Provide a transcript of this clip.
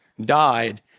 died